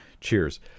Cheers